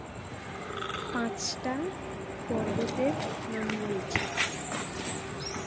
পাঁচটা পর্বতের নাম বলছি